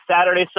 Saturday